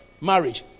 Marriage